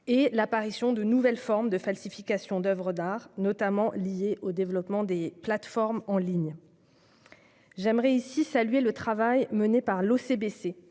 et l'apparition de nouvelles formes de falsifications d'oeuvres d'art, notamment liées au développement des plateformes en ligne. Je souhaite saluer le travail mené par l'Office